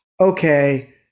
okay